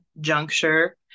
juncture